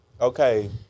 Okay